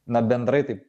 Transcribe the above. na bendrai taip